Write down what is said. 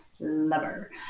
lover